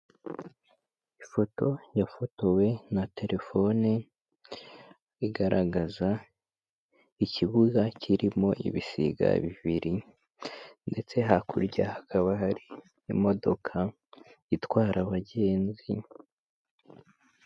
Ifoto yafotowe na telefone, igaragaza ikibuga kirimo ibisiga bibiri ndetse hakurya hakaba hari imodoka itwara abagenzi.